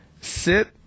sit